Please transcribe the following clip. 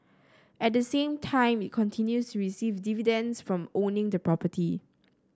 at the same time it continues receive dividends from owning the property